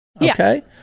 okay